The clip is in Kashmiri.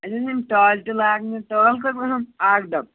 اسہِ آس یِم ٹٲلہٕ تہِ لاگنہِ ٹٲلہٕ کٔژ گَژھان اَکھ ڈَب